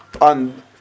on